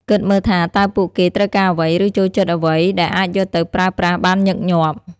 គិតមើលថា តើពួកគេត្រូវការអ្វី ឬចូលចិត្តអ្វីដែលអាចយកទៅប្រើប្រាស់បានញឹកញាប់។